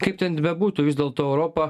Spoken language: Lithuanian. kaip ten bebūtų vis dėlto europa